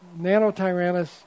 Nanotyrannus